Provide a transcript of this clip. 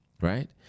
Right